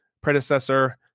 predecessor